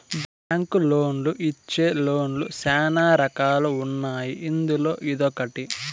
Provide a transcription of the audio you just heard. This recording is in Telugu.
బ్యాంకులోళ్ళు ఇచ్చే లోన్ లు శ్యానా రకాలు ఉన్నాయి అందులో ఇదొకటి